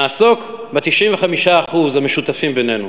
נעסוק ב-95% המשותפים בינינו.